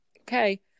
okay